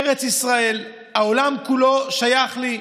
ארץ ישראל, העולם כולו שייך לי.